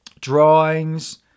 drawings